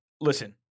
Listen